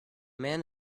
man